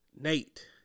Nate